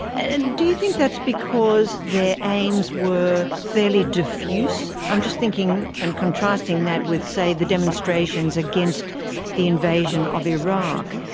and do you think that's because their aims were fairly diffuse? i'm just thinking and contrasting that with, say, the demonstrations against the invasion of iraq.